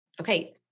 okay